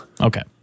Okay